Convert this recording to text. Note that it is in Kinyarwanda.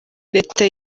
leta